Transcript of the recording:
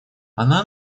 она